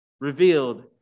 revealed